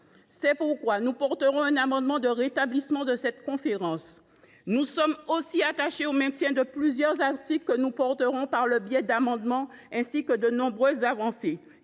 C’est pourquoi nous défendrons un amendement de rétablissement de cette conférence. Nous sommes aussi attachés au maintien de plusieurs articles, position que nous défendrons par le biais d’amendements, ainsi que de nombreuses avancées,